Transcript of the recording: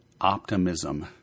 optimism